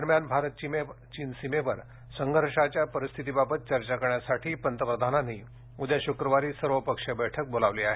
दरम्यान भारत चीनसीमेवर संघर्षाच्या परिस्थितीबाबत चर्चा करण्यासाठी पंतप्रधानांनी उद्या शुक्रवारी सर्वपक्षीय बैठक बोलावली आहे